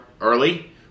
early